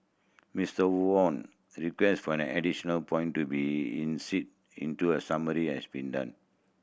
Mister Wham request for an additional point to be in seat into a summary has been done